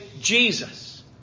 Jesus